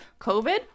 COVID